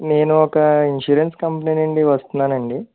నేను ఒక insurance company నుండి వస్తున్నానండి